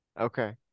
Okay